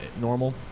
normal